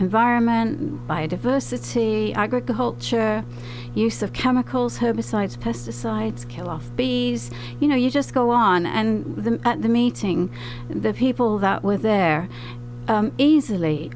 environment biodiversity agriculture use of chemicals herbicides pesticides kill off the you know you just go on and the at the meeting the people that with their easily